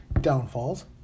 downfalls